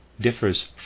differs